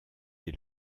est